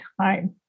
time